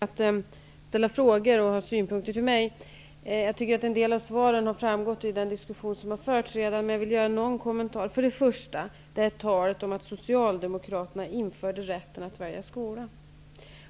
Herr talman! Mycket har sagts i diskussionen. Eva Johansson inledde med att ställa frågor, och hon hade synpunkter på mig. Jag tycker att en del av svaren har framgått i den diskussion som har förts. Men jag vill ge några kommentarer. Först och främst har vi talet om att socialdemokraterna införde rätten att välja skola.